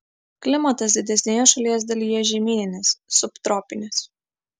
klimatas didesnėje šalies dalyje žemyninis subtropinis